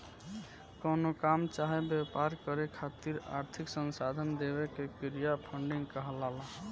कवनो काम चाहे व्यापार करे खातिर आर्थिक संसाधन देवे के क्रिया फंडिंग कहलाला